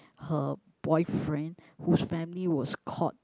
her boyfriend whose family was caught